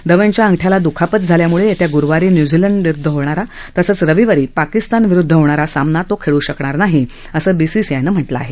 धवनच्या अंगठ्याला दखापत झाल्यामुळे येत्या गुरुवारी न्यूझीलंड विरुद्ध होणारा तसंच रविवारी पाकिस्तानविरुद्ध होणारा सामना खेळू शकणार नाही असं बीसीआयनं म्हटलं आहे